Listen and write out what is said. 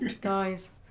guys